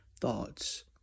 thoughts